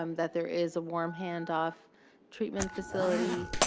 um that there is a warm handoff treatment facility,